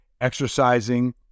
exercising